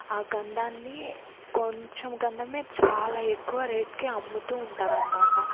ఆ గంధాన్ని కొంచెం గంధమే చాలా ఎక్కువ రేట్కి అమ్ముతూ ఉంటారనమాట